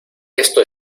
esto